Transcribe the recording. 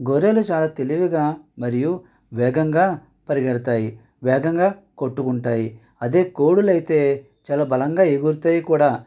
గొర్రెలు చాలా తెలివిగా మరియు వేగంగా పరిగెడుతాయి వేగంగా కొట్టుకుంటాయి అదే కోళ్ళు అయితే చాలా బలంగా ఎగురుతాయి కూడా